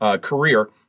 career